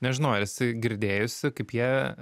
nežinau ar esi girdėjusi kaip jie